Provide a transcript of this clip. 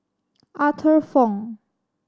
Arthur Fong